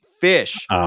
fish